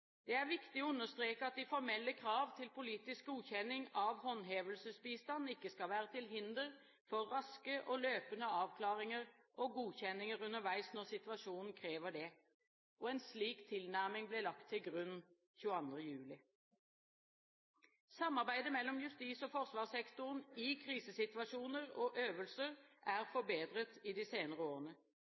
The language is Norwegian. Det er viktig å understreke at de formelle krav til politisk godkjenning av håndhevelsesbistand ikke skal være til hinder for raske og løpende avklaringer og godkjenninger underveis når situasjonen krever det. En slik tilnærming ble lagt til grunn 22. juli. Samarbeidet mellom justis- og forsvarssektoren i krisesituasjoner og øvelser er forbedret i de senere årene.